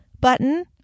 button